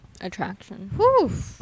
Attraction